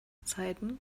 zeiten